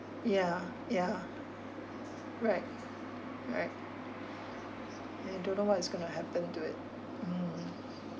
yeah yeah right right we don't know what is gonna to happen to it um